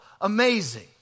Amazing